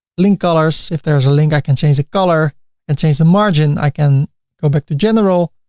link colors if there is a link i can change the color and change the margin, i can go back to general